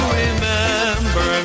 remember